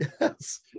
Yes